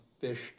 fished